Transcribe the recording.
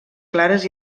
clares